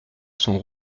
son